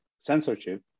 censorship